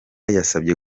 yasabye